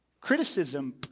criticism